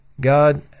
God